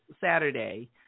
Saturday